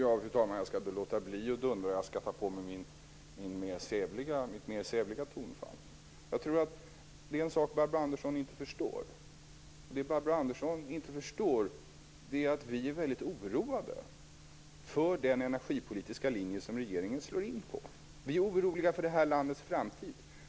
Fru talman! Jag skall låta bli att dundra, jag skall ta på mig mitt mer sävliga tonfall. Det är en sak som Barbro Andersson inte förstår. Det hon inte förstår är att vi är väldigt oroade för den energipolitiska linje som regeringen slår in på. Vi är oroliga för det här landets framtid.